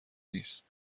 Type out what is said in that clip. نیست